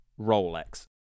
rolex